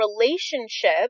relationship